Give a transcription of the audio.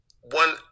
one